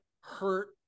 hurt